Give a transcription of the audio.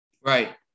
Right